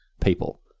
people